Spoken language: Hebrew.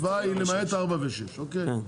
ההצבעה היא למעט 4 ו-6, אוקיי?